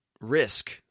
risk